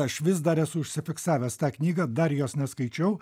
aš vis dar esu užsifiksavęs tą knygą dar jos neskaičiau